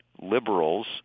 liberals